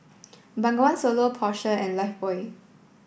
Bengawan Solo Porsche and Lifebuoy